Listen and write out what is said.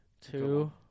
Two